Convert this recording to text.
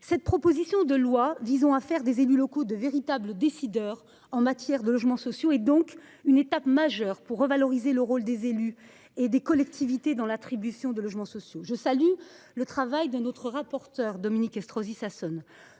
Cette proposition de loi visant à faire des élus locaux de véritables décideurs en matière de logements sociaux est donc une étape majeure pour revaloriser le rôle des élus et des collectivités dans l’attribution des logements sociaux. Je salue le travail de notre rapporteure, Dominique Estrosi Sassone,